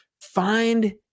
Find